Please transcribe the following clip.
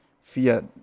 fear